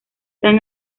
tan